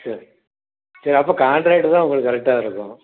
சரி சரி அப்போ கான்ட்ராக்ட்தான் உங்களுக்கு கரெக்ட்டாக இருக்கும்